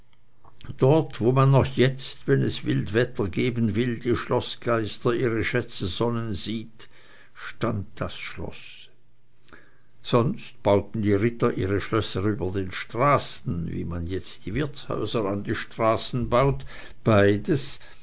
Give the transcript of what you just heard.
dort wo man noch jetzt wenn es wild wetter geben will die schloßgeister ihre schätze sonnen sieht stand das schloß sonst bauten die ritter ihre schlösser über den straßen wie man jetzt die wirtshäuser an die straßen baut beides